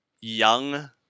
young